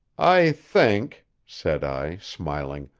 i think, said i, smiling,